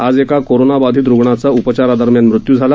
आज एका कोरोनाबाधित रूग्णाचा उपचारा दरम्यान मृत्यू झाला